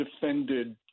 defended